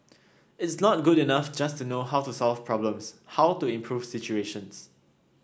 it's not good enough just to know how to solve problems how to improve situations